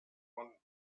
one